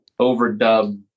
overdub